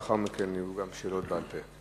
לאחר מכן יהיו גם שאלות בעל-פה,